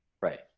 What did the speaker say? Right